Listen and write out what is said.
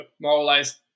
moralized